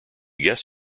guest